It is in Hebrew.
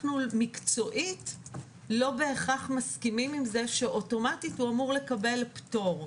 מקצועית אנחנו לא בהכרח מסכימים עם זה שאוטומטית הוא אמור לקבל פטור.